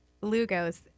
Lugo's